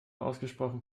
ausgesprochen